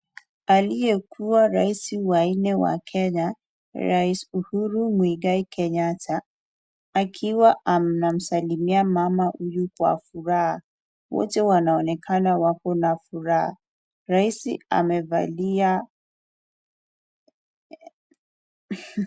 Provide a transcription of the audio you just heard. Aliyekua raisi wa nne wa Kenya Rais Uhuru Mwigai Kenyatta, akiwa anamsalimia mama huyu kwa furaha, wote wanaonekana wako Na furaha raisi amevalia.